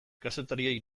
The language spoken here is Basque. kazetariei